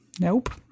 nope